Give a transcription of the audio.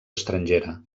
estrangera